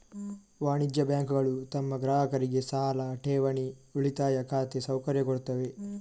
ವಾಣಿಜ್ಯ ಬ್ಯಾಂಕುಗಳು ತಮ್ಮ ಗ್ರಾಹಕರಿಗೆ ಸಾಲ, ಠೇವಣಿ, ಉಳಿತಾಯ ಖಾತೆ ಸೌಕರ್ಯ ಕೊಡ್ತವೆ